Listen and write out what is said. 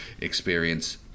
experience